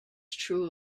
true